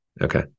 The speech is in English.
Okay